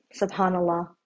SubhanAllah